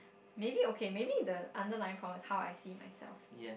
maybe okay maybe the underlying problem is how I see myself